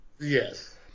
Yes